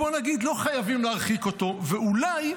בואו נגיד, שלא חייבים להרחיק אותו, ואולי,